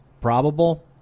probable